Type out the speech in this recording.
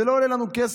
זה לא עולה לנו כסף,